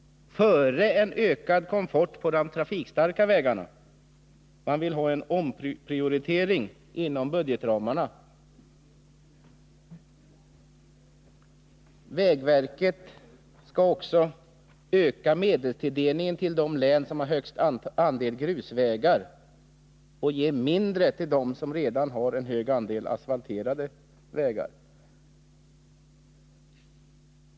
Man vill ha till stånd en omprioritering inom budgetramarna. Vägverket skall också öka medelstilldelningen till de län som har högst andel grusvägar och ge mindre till dem som redan har en hög andel asfalterade vägar.